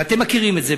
ואתם מכירים את זה,